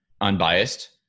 Unbiased